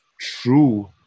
true